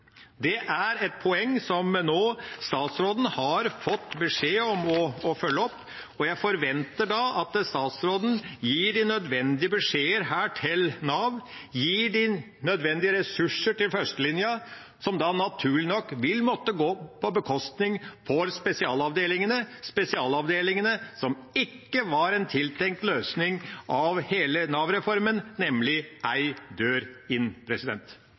Det er et poeng som statsråden nå har fått beskjed om å følge opp, og jeg forventer da at statsråden her gir de nødvendige beskjeder til Nav, gir de nødvendige ressurser til førstelinja, noe som da naturlig nok vil måtte gå på bekostning av spesialavdelingene – spesialavdelingene som ikke var en del av den tiltenkte løsningen på hele Nav-reformen, nemlig «én dør inn».